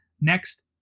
next